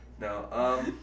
No